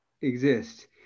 exist